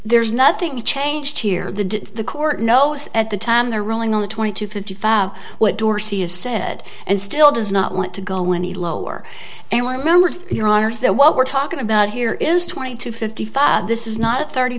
there's nothing changed here the court knows at the time they're ruling on the twenty to fifty five what dorsey has said and still does not want to go any lower and i remember your honour's that what we're talking about here is twenty to fifty five this is not thirty